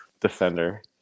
defender